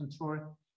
control